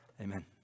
amen